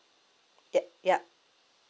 tha~ yup